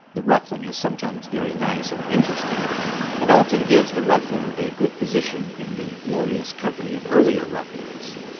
the ruffling is sometimes very nice and interesting and often gives the ruffler a good position in the glorious company of earlier rufflers